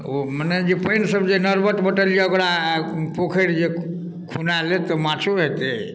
मने जे पानिसभ जे नरबट बँटल यए ओकरा पोखरि जे खुना लेत तऽ माछो हेतै